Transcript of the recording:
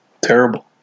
Terrible